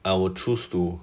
I will choose to